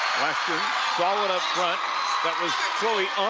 western solid up front that was